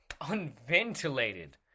unventilated